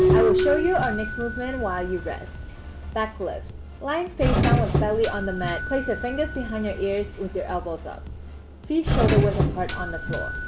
i will show you our next movement while you rest back lift lying face down with belly on the mat place your fingers behind your ears with your elbows up feet shoulder width apart on the floor.